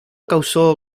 causó